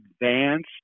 advanced